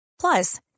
Plus